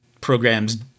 programs